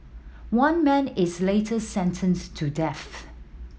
one man is later sentenced to death